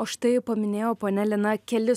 o štai paminėjo ponia lina kelis